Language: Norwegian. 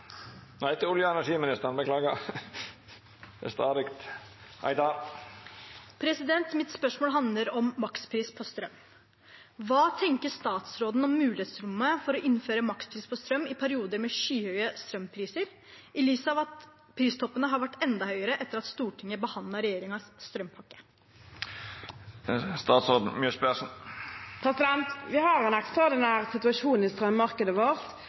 Mitt spørsmål handler om makspris på strøm: «Hva tenker statsråden om mulighetsrommet for å innføre makspris på strøm i perioder med skyhøye strømpriser, i lys av at pristoppene har vært enda høyere etter at Stortinget behandlet regjeringens strømpakke?» Vi har en ekstraordinær situasjon i